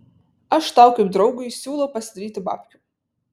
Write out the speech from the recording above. aš tau kaip draugui siūlau pasidaryti babkių